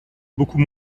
beaucoup